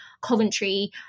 Coventry